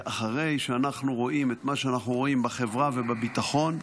ואחרי שאנחנו רואים את מה שאנחנו רואים בחברה ובביטחון,